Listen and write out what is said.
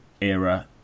era